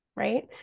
Right